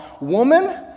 woman